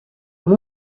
amb